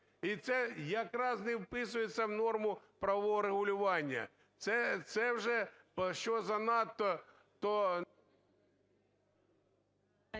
І це якраз не вписується в норму правового регулювання, це вже, що занадто,